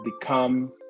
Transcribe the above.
become